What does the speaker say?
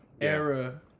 era